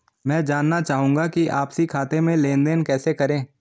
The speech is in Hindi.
मैं जानना चाहूँगा कि आपसी खाते में लेनदेन कैसे करें?